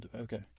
okay